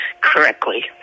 correctly